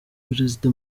perezida